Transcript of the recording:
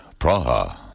Praha